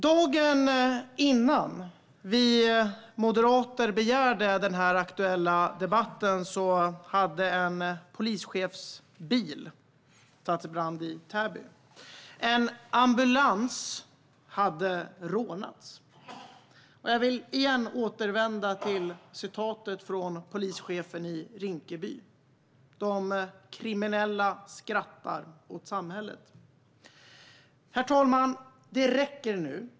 Dagen innan vi moderater begärde denna aktuella debatt hade en polischefs bil satts i brand i Täby, och en ambulans hade rånats. Jag vill återvända till citatet från polischefen i Rinkeby: De kriminella skrattar åt samhället. Herr talman! Det räcker nu.